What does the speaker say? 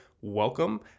Welcome